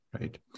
Right